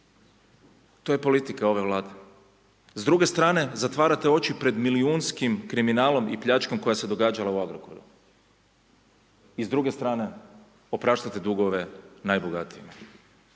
To je politika ove Vlade, s druge strane zatvarate oči pred milijunskim kriminalom i pljačkom koja se događala u Agrokoru i s druge strane opraštate dugove najbogatijima.